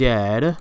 Dead